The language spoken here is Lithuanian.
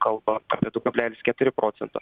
kalbą apie du kablelis keturi procento